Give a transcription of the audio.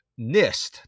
NIST